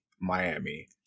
Miami